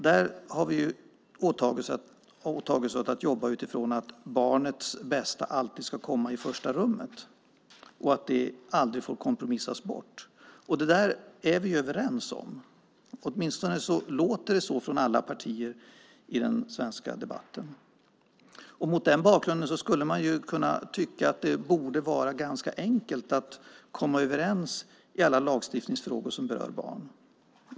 Där har vi åtagit oss att jobba utifrån att barnets bästa alltid ska komma i första rummet och att det aldrig får kompromissas bort. Det där är vi överens om; åtminstone låter det så från alla partier i den svenska debatten. Mot den bakgrunden skulle man kunna tycka att det borde vara ganska enkelt att komma överens i alla lagstiftningsfrågor som berör barn.